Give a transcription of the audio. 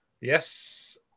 Yes